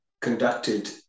conducted